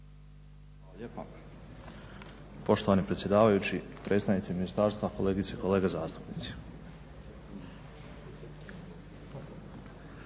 Hvala lijepa. Poštovani predsjedavajući, predstavnici ministarstva, kolegice i kolege zastupnici.